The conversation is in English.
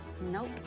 Nope